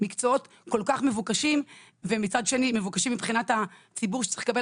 מקצועות כל כך מבוקשים ומצד שני הם מבוקשים מבחינת הציבור שצריך לקבל